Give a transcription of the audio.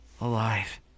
alive